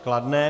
Kladné.